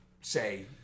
say